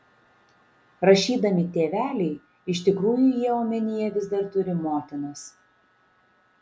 rašydami tėveliai iš tikrųjų jie omenyje vis dar turi motinas